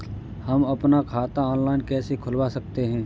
हम अपना खाता ऑनलाइन कैसे खुलवा सकते हैं?